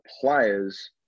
players